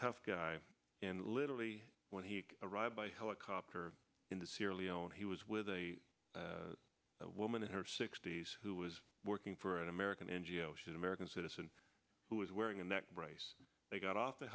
tough guy and literally when he arrived by helicopter in the sierra leone he was with a woman in her sixty's who was working for an american n g o s an american citizen who was wearing a neck brace they got off the